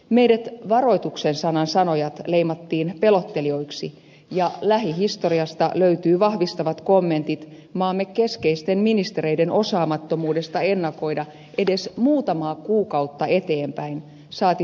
meidät varoituksen sanan sanojat leimattiin pelottelijoiksi ja lähihistoriasta löytyvät vahvistavat kommentit maamme keskeisten ministereiden osaamattomuudesta ennakoida edes muutamaa kuukautta eteenpäin saati pidempää aikaa